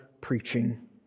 preaching